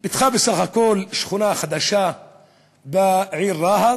פותחו בסך הכול שכונה חדשה בעיר רהט